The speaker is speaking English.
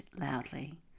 loudly